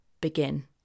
begin